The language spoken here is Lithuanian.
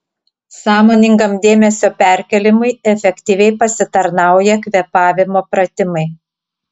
sąmoningam dėmesio perkėlimui efektyviai pasitarnauja kvėpavimo pratimai